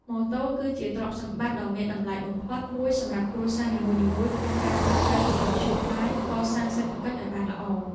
ម៉ូតូគឺជាទ្រព្យសម្បត្តិដ៏មានតម្លៃបំផុតមួយសម្រាប់គ្រួសារនីមួយៗក្នុងការប្រើប្រាស់ជាមធ្យោបាយកសាងសេដ្ឋកិច្ចឱ្យល្អ។